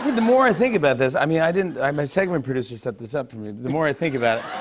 the more i think about this, i mean i didn't my segment producer set this up for me. but the more i think about it,